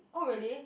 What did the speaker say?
oh really